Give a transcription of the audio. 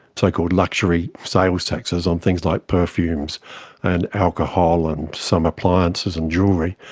so-called luxury sales taxes on things like perfumes and alcohol and some appliances and jewellery,